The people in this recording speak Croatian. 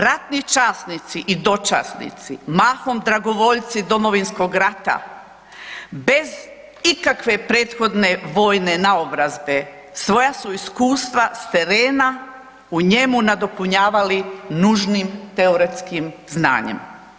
Ratni časnici i dočasnici mahom dragovoljci Domovinskog rata bez ikakve prethodne vojne naobrazbe svoja su iskustva s terena u njemu nadopunjavali nužnim teoretskim znanjem.